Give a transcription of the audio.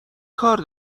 کار